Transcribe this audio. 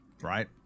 right